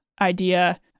idea